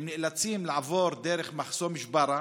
הם נאלצים לעבור דרך מחסום ג'בארה,